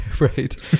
right